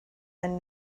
and